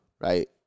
right